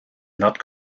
not